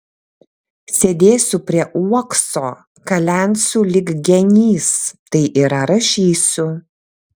sėdėsiu prie uokso kalensiu lyg genys tai yra rašysiu